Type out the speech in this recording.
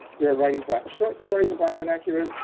they're writing black short stories, and black vernacular.